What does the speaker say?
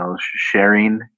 sharing –